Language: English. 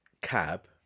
cab